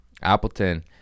Appleton